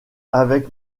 avec